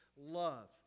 love